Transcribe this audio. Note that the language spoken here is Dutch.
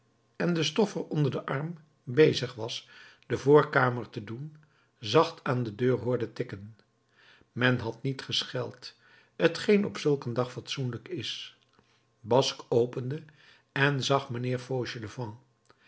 en den stoffer onder den arm bezig was de voorkamer te doen zacht aan de deur hoorde tikken men had niet gescheld t geen op zulk een dag fatsoenlijk is basque opende en zag mijnheer fauchelevent